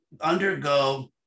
undergo